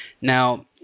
Now